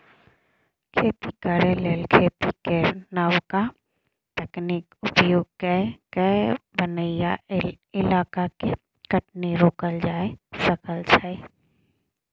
खेती करे लेल खेती केर नबका तकनीक उपयोग कए कय बनैया इलाका के कटनी रोकल जा सकइ छै